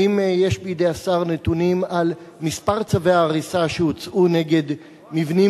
האם יש בידי השר נתונים על מספר צווי ההריסה שהוצאו נגד מבנים